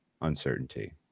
uncertainty